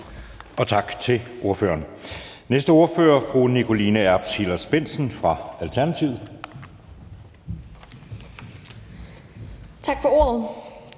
Tak til ordføreren. Den næste ordfører er fru Nikoline Erbs Hillers-Bendtsen fra Alternativet.